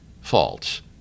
false